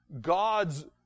God's